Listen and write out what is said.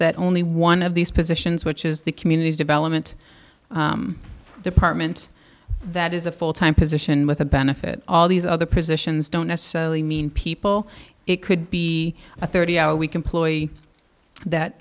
that only one of these positions which is the community development department that is a full time position with a benefit all these other positions don't necessarily mean people it could be a thirty hour we can ploy that